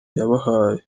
yabahaye